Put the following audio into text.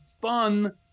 fun